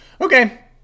Okay